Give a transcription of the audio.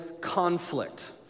conflict